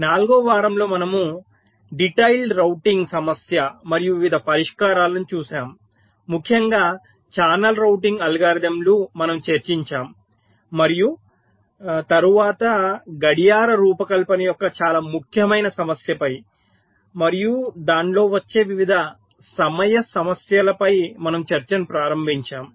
నాల్గవ వారంలో మనము డిటైల్డ్ రౌటింగ్ సమస్య మరియు వివిధ పరిష్కారాలను చూశాము ముఖ్యంగా ఛానల్ రౌటింగ్ అల్గోరిథంలు మనము చర్చించాము మరియు తరువాత గడియార రూపకల్పన యొక్క చాలా ముఖ్యమైన సమస్యపై మరియు దానిలో వచ్చే వివిధ సమయ సమస్యలపై మన చర్చను ప్రారంభించాము